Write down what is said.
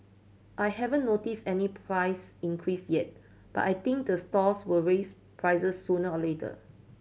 I haven't notice any price increase yet but I think the stalls will raise prices sooner or later